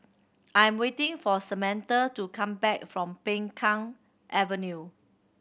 I'm waiting for Samantha to come back from Peng Kang Avenue